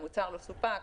המוצר לא סופק,